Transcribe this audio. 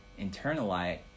internalize